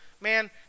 Man